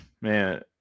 man